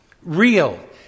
Real